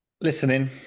Listening